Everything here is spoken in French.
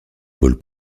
ball